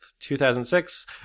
2006